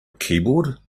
keyboard